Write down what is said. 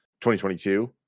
2022